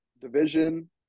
division